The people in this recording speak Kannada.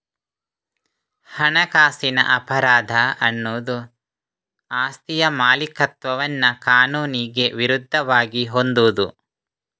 ಹಣಕಾಸಿನ ಅಪರಾಧ ಅನ್ನುದು ಆಸ್ತಿಯ ಮಾಲೀಕತ್ವವನ್ನ ಕಾನೂನಿಗೆ ವಿರುದ್ಧವಾಗಿ ಹೊಂದುವುದು